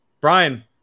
Brian